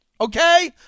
Okay